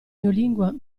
neolingua